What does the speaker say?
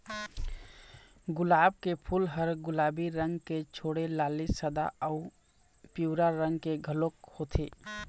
गुलाब के फूल ह गुलाबी रंग के छोड़े लाली, सादा अउ पिंवरा रंग के घलोक होथे